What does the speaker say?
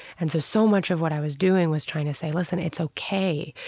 and so so much of what i was doing was trying to say, listen, it's ok.